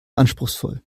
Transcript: anspruchsvoll